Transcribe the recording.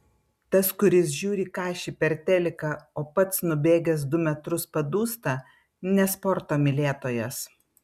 tas kuris žiūri kašį per teliką o pats nubėgęs du metrus padūsta ne sporto mylėtojas